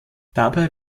dabei